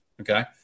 Okay